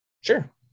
Sure